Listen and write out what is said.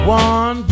one